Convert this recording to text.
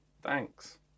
Thanks